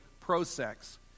pro-sex